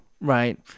right